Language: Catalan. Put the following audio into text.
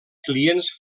clients